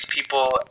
people